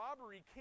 robbery